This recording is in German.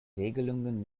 regelungen